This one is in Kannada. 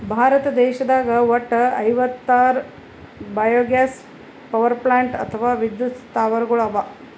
ಭಾರತ ದೇಶದಾಗ್ ವಟ್ಟ್ ಐವತ್ತಾರ್ ಬಯೊಗ್ಯಾಸ್ ಪವರ್ಪ್ಲಾಂಟ್ ಅಥವಾ ವಿದ್ಯುತ್ ಸ್ಥಾವರಗಳ್ ಅವಾ